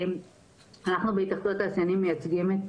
אנחנו בהתאחדות התעשיינים מייצגים את